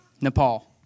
Nepal